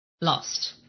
Lost